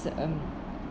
cer~ um